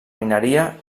mineria